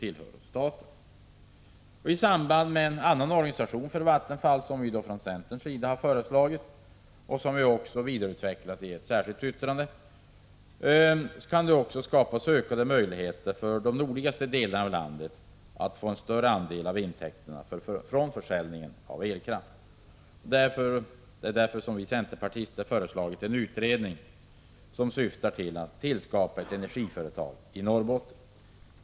I samband med en annan organisation för Vattenfall kan det — som vi från centerns sida har föreslagit och även har vidareutvecklat i ett särskilt yttrande — också skapas ökade möjligheter för de nordligaste delarna av landet att få en större andel av intäkterna från försäljningen av elkraft. Det är därför som vi centerpartister föreslagit en utredning i syfte att se över möjligheterna till skapandet av ett energiföretag i Norrbotten.